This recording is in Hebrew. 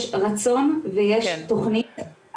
יש רצון ויש תוכנית.